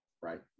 Right